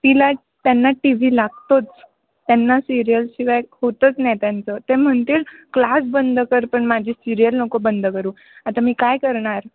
तिला त्यांना T V लागतोच त्यांना सिरियलशिवाय होतच नाही त्यांचं ते म्हणतील क्लास बंद कर पण माझे सिरियल नको बंद करू आता मी काय करणार